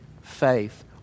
faith